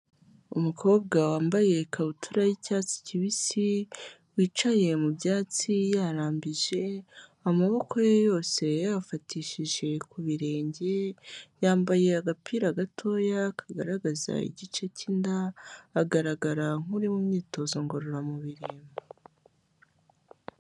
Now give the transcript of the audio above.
Umukobwa wambaye ikabutura y'icyatsi kibisi, wicaye mu byatsi yarambije amaboko ye yose yafatishije ku birenge, yambaye agapira gatoya kagaragaza igice cy'inda, agaragara nk'uri mu myitozo ngororamubiri.